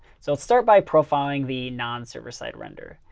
so i'll start by profiling the non-server-side render.